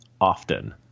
often